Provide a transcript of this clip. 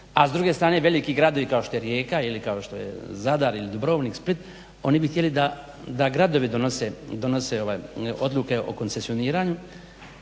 a s druge strane veliki gradovi kao što je Rijeka ili kao što je Zadar ili Dubrovnik ili Split oni bi htjeli da gradovi donose odluke o koncesioniranju